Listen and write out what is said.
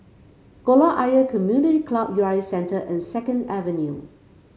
Kolam Ayer Community Club U R A Centre and Second Avenue